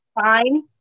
Fine